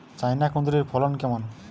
China কুঁদরীর ফলন কেমন?